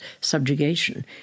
subjugation